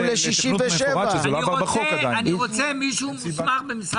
אני רוצה מישהו מוסמך במשרד